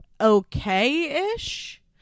okay-ish